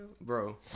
Bro